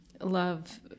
love